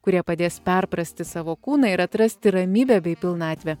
kurie padės perprasti savo kūną ir atrasti ramybę bei pilnatvę